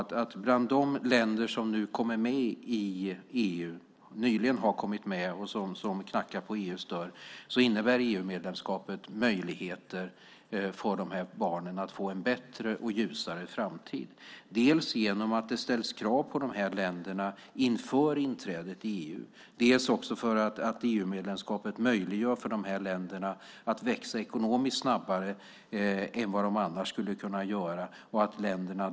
Bland de länder som nu kommer med i EU, som nyligen har kommit med och som knackar på EU:s dörr innebär EU-medlemskapet möjligheter för barnen att få en bättre och ljusare framtid - dels genom att det ställs krav på de här länderna inför inträdet i EU, dels för att EU-medlemskapet möjliggör för länderna att växa ekonomiskt snabbare än vad de annars skulle kunna göra.